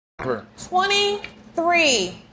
23